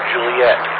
Juliet